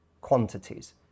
quantities